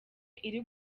iri